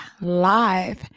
live